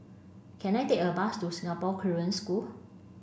can I take a bus to Singapore Korean School